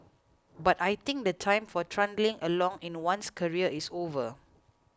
but I think the time for trundling along in one's career is over